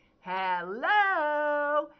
hello